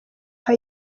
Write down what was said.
aha